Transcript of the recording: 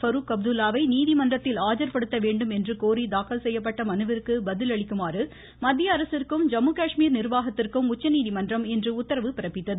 பருக் அப்துல்லாவை நீதிமன்றத்தில் ஆஜ்படுத்த வேண்டும் என்று கோரி தாக்கல் செய்யப்பட்ட மனுவிற்கு பதில் அளிக்குமாறு மத்திய அரசிற்கும் ஐம்முகாஷ்மீர் நிர்வாகத்திற்கும் உச்சநீதிமன்றம் இன்று உத்தரவு பிறப்பித்தது